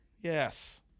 Yes